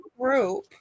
group